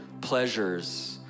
pleasures